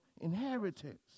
inheritance